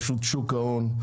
את רשות שוק ההון,